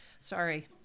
Sorry